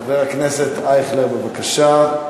אבל, חבר הכנסת אייכלר, בבקשה.